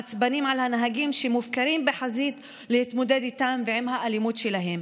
עצבנים על הנהגים שמופקרים בחזית להתמודד איתם ועם האלימות שלהם.